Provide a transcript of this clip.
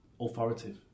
authoritative